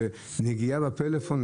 נגיעה בפלאפון,